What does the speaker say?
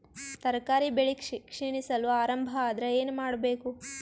ತರಕಾರಿ ಬೆಳಿ ಕ್ಷೀಣಿಸಲು ಆರಂಭ ಆದ್ರ ಏನ ಮಾಡಬೇಕು?